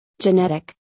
Genetic